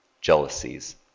Jealousies